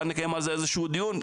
אולי נקיים על זה איזה שהוא דיון,